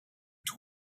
two